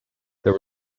there